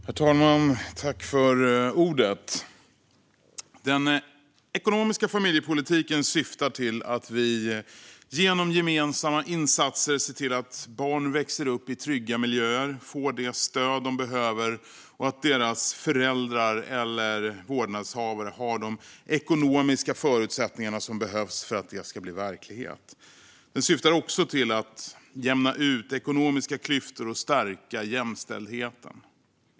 Herr talman! Den ekonomiska familjepolitiken syftar till att vi, genom gemensamma insatser, ser till att barn växer upp i trygga miljöer och får det stöd de behöver och att deras föräldrar eller vårdnadshavare har de ekonomiska förutsättningar som behövs för att det ska bli verklighet. Den syftar också till att jämna ut ekonomiska klyftor och stärka jämställdheten.